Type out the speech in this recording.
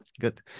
Good